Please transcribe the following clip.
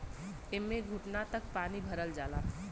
एम्मे घुटना तक पानी भरल जाला